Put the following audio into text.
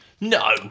No